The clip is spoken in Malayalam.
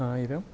ആയിരം